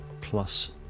plus